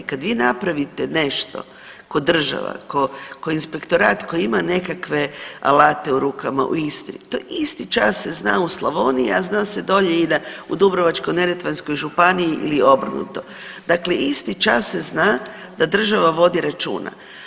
Kad vi napravite nešto ko država, ko inspektorat koji ima nekakve alate u rukama u Istri to isti čas se zna u Slavoniji, a zna se dolje i u Dubrovačko-neretvanskoj županiji ili obrnuto, dakle isti čas se zna da država vodi računa.